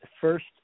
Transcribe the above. first